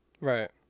Right